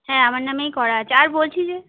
হ্যাঁ আমার নামেই করা আছে আর বলছি যে